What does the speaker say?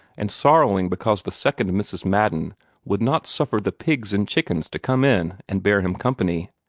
and sorrowing because the second mrs. madden would not suffer the pigs and chickens to come in and bear him company.